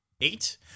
Eight